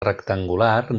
rectangular